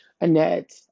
Annette